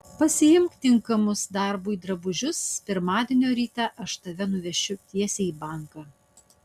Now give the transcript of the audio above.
pasiimk tinkamus darbui drabužius pirmadienio ryte aš tave nuvešiu tiesiai į banką